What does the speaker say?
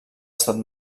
estat